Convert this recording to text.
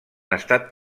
estat